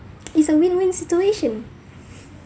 it's a win-win situation